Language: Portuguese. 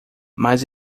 mas